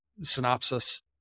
Synopsis